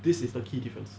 this is the key difference